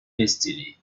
destiny